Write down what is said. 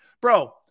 Bro